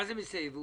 מה זה מיסי ייבוא?